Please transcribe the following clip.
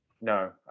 No